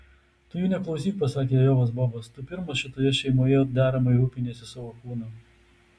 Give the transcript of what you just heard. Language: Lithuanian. tu jų neklausyk pasakė ajovos bobas tu pirmas šitoje šeimoje deramai rūpiniesi savo kūnu